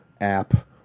app